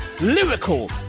Lyrical